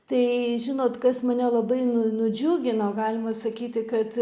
tai žinot kas mane labai nu nudžiugino galima sakyti kad